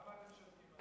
למה אתם שותקים על זה?